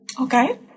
Okay